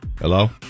Hello